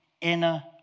inner